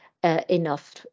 Enough